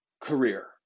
career